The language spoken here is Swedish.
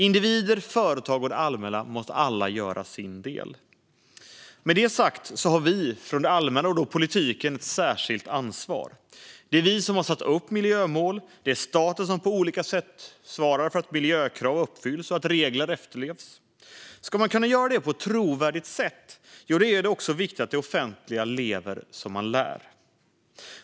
Individer, företag och det allmänna måste alla göra sin del. Med det sagt har vi från det allmänna och politiken ett särskilt ansvar. Det är vi som har satt upp miljömål, och det är staten som på olika sätt svarar för att miljökrav uppfylls och regler efterlevs. Ska man kunna göra det på ett trovärdigt sätt är det viktigt att man i det offentliga lever som man lär.